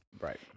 Right